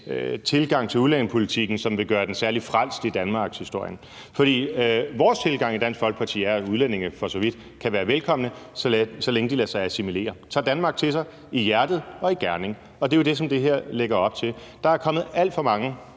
tilgang til udlændingepolitikken, der gør den særlig frelst i danmarkshistorien. Vores tilgang i Dansk Folkeparti er, at udlændinge for så vidt kan være velkomne, så længe de lader sig assimilere; så længe de tager Danmark til sig i hjerte og i gerning. Og det er jo det, som det her lægger op til. Der er kommet alt for mange